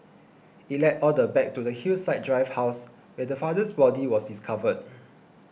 it led all the back to the Hillside Drive house where the father's body was discovered